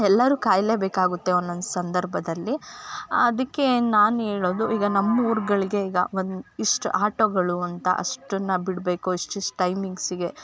ಎಲ್ಲರು ಕಾಯಲೇ ಬೇಕಾಗುತ್ತೆ ಒಂದೊಂದು ಸಂದರ್ಭದಲ್ಲಿ ಅದಕ್ಕೆ ನಾನು ಹೇಳೋದು ಈಗ ನಮ್ಮ ಊರಗಳಿಗೆ ಈಗ ಒಂದು ಇಷ್ಟು ಆಟೋಗಳು ಅಂತ ಅಷ್ಟನ್ನಾ ಬಿಡಬೇಕು ಇಷ್ಟು ಇಷ್ಟು ಟೈಮಿಂಗ್ಸಿಗೆ